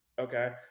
Okay